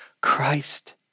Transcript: Christ